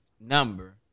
number